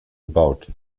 gebaut